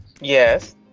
Yes